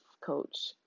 coach